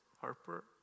Harper